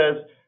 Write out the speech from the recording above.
says